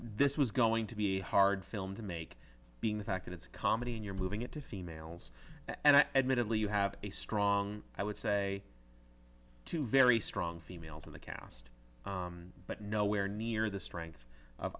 this was going to be hard film to make being the fact that it's a comedy and you're moving it to females and admittedly you have a strong i would say two very strong females in the cast but nowhere near the strength of